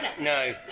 No